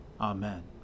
Amen